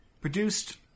produced